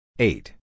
Eight